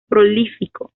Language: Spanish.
prolífico